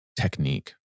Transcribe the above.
technique